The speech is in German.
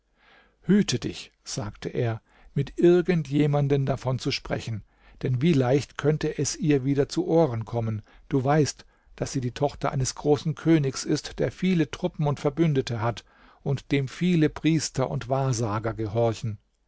hüte dich sagte er mit irgend jemanden davon zu sprechen denn wie leicht könnte es ihr wieder zu ohren kommen du weißt daß sie die tochter eines großen königs ist der viele truppen und verbündete hat und dem viele priester und wahrsager gehorchen